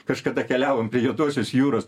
kažkada keliavom prie juodosios jūros